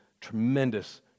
tremendous